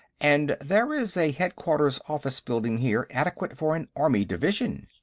and there is a headquarters office building here adequate for an army division.